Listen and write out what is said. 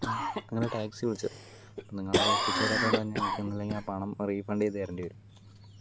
നിങ്ങളുടെ ടാക്സി വിളിച്ചത് അപ്പോൾ നിങ്ങളത് എത്തിച്ചേരാത്തത് കൊണ്ട് എനിക്ക് ഒന്നൂല്ലെങ്കിൽ ആ പണം റീഫണ്ട് ചെയ്ത് തരേണ്ടി വരും